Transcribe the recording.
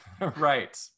Right